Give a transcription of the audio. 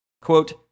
Quote